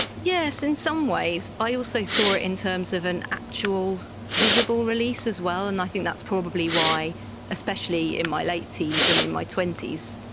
yes, in some ways. i also saw it in terms of an actual visible release as well, and i think that's probably why especially in my late teens and in my twenty s,